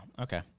okay